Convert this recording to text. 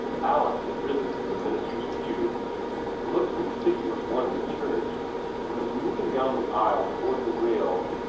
alice had risen from the minister's pew the most conspicuous one in the church and was moving down the aisle toward the rail,